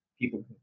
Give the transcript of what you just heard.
people